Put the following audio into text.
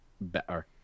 better